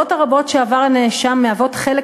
"העבירות הרבות שעבר הנאשם מהוות חלק